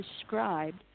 described